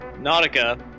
Nautica